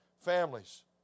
families